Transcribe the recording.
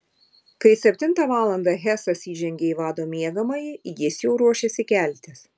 kai septintą valandą hesas įžengė į vado miegamąjį jis jau ruošėsi keltis